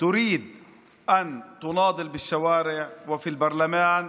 אופוזיציה אשר רוצה להיאבק ברחובות ובפרלמנט,